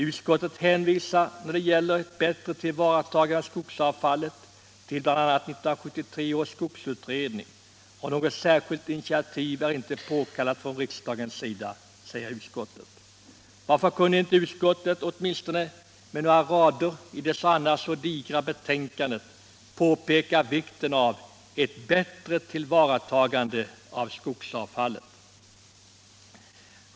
Utskottet hänvisar när det gäller ett bättre tillvaratagande av skogsavfallet till bl.a. 1973 års skogsutredning, och säger att något särskilt initiativ inte är påkallat från riksdagens sida. Varför kunde inte utskottet, med åtminstone några rader i det annars så digra betänkandet, ha påpekat vikten av ett bättre tillvaratagande av skogsavfallet?